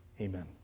Amen